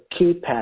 keypad